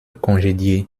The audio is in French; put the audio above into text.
congédié